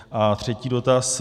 A třetí dotaz.